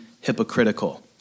hypocritical